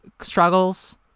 struggles